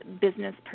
business